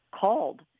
called